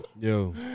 Yo